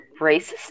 racist